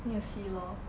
need to see lor